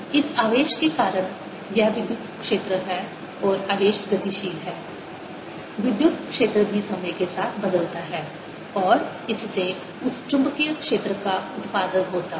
इस आवेश के कारण यह विद्युत क्षेत्र है और आवेशि गतिशील है विद्युत क्षेत्र भी समय के साथ बदलता है और इससे उस चुंबकीय क्षेत्र का उत्पादन होता है